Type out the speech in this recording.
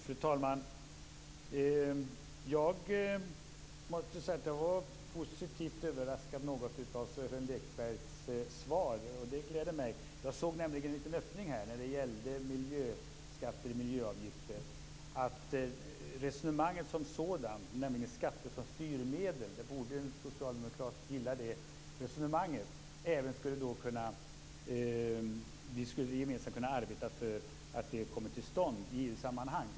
Fru talman! Jag blev något positivt överraskad av Sören Lekbergs svar. Det gläder mig. Jag såg nämligen en liten öppning när det gäller miljöskatter och miljöavgifter. En socialdemokrat borde gilla resonemanget som sådant, nämligen skatter som styrmedel. Vi skulle gemensamt kunna arbeta för att det kommer till stånd i EU-sammanhang.